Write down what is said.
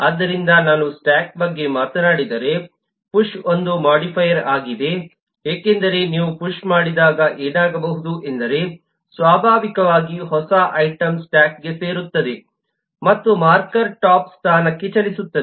ಆದ್ದರಿಂದ ನಾನು ಸ್ಟ್ಯಾಕ್ ಬಗ್ಗೆ ಮಾತನಾಡಿದರೆ ಪುಶ್ ಒಂದು ಮೊಡಿಫೈಯರ್ ಆಗಿದೆ ಏಕೆಂದರೆ ನೀವು ಪುಶ್ ಮಾಡಿದಾಗ ಏನಾಗಬಹುದು ಎಂದರೆ ಸ್ವಾಭಾವಿಕವಾಗಿ ಹೊಸ ಐಟಂ ಸ್ಟ್ಯಾಕ್ಗೆ ಸೇರುತ್ತದೆ ಮತ್ತು ಮಾರ್ಕರ್ ಟಾಪ್ ಸ್ಥಾನಕ್ಕೆ ಚಲಿಸುತ್ತದೆ